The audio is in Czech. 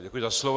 Děkuji za slovo.